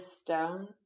stone